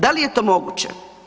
Da li je to moguće?